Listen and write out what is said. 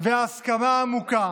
וההסכמה העמוקה